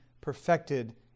perfected